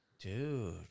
Dude